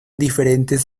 diferentes